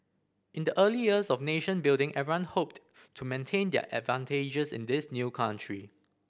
in the early years of nation building everyone hoped to maintain their advantages in this new country